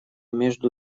между